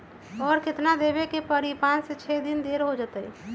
और केतना देब के परी पाँच से छे दिन देर हो जाई त?